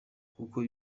kuko